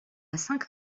cinq